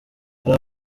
hari